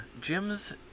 Jim's